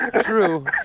true